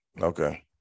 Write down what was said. Okay